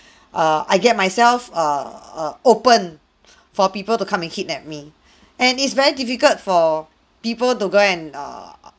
err I get myself err open for people to come and kidnap me and it's very difficult for people to go and err